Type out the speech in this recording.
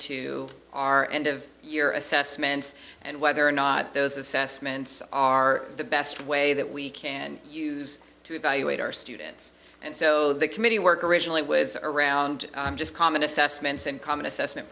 to our end of year assessments and whether or not those assessments are the best way that we can use to evaluate our students and so the committee work originally was around just common assessments and common assessment